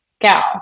gal